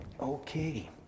Okay